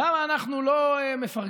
למה אנחנו לא מפרגנים?